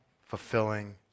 fulfilling